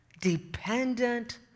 dependent